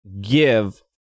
give